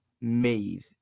made